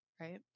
right